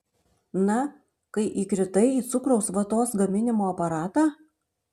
na kai įkritai į cukraus vatos gaminimo aparatą